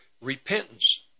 repentance